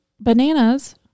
bananas